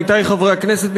עמיתי חברי הכנסת,